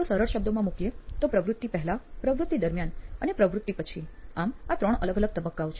તો સરળ શબ્દોમાં મૂકીએ તો પ્રવૃત્તિ પહેલા પ્રવૃત્તિ દરમિયાન અને પ્રવૃત્તિ પછી આમ આ ત્રણ અલગ અલગ તબક્કાઓ છે